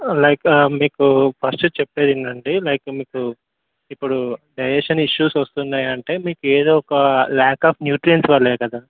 like మీకు first చెప్పేదేంటంటే like మీకు ఇప్పుడు డైజెషన్ ఇష్యూస్ వస్తున్నాయి అంటే మీకు ఏదో ఒక ల్యాక్ ఆఫ్ న్యూట్రియంట్స్ వల్లే కదా